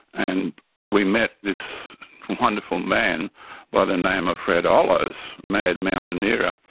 and we met this wonderful man by the name of fred ah hollows, mad mountaineer,